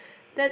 that